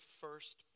first